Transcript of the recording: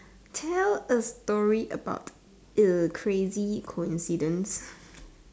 tell a story about a crazy coincidence